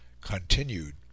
continued